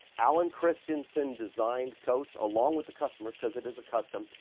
alan christianson designed coach along with the customers cause it is a custom.